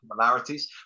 similarities